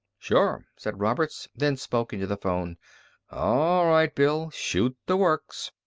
sure, said roberts, then spoke into the phone all right, bill, shoot the works.